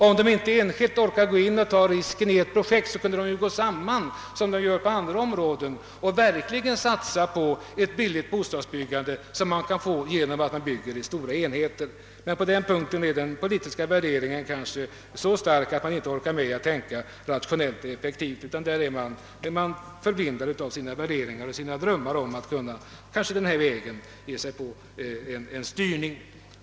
Om de inte enskilt orkar ta risken i ett visst projekt kunde de ju gå samman, som de gör på andra områden, och verkligen satsa på ett billigt bostadsbyggande, som man kan få till stånd genom stora enheter. Men härvidlag är den politiska värderingen kanske så stark att vederbörande inte orkar tänka rationellt och effektivt utan förblindas av drömmarna om att på egna vägar få till stånd en styrning.